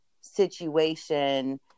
situation